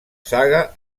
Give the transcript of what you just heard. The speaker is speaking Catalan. saga